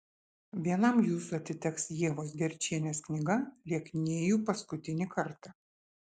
vienam jūsų atiteks ievos gerčienės knyga lieknėju paskutinį kartą